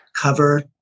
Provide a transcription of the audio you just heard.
cover